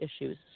issues